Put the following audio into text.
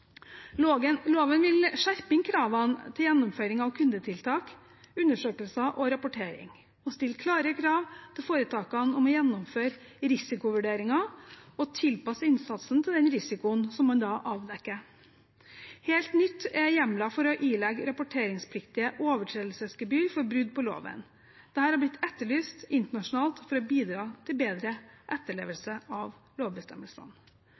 Loven vil skjerpe inn kravene til gjennomføring av kundetiltak, undersøkelser og rapportering og stille klare krav til foretakene om å gjennomføre risikovurderinger og tilpasse innsatsen til den risikoen som man da avdekker. Helt nytt er hjemler for å ilegge rapporteringspliktige overtredelsesgebyr for brudd på loven. Dette har blitt etterlyst internasjonalt for å bidra til bedre